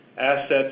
assets